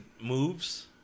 moves